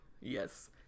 Yes